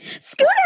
Scooter